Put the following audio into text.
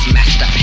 Master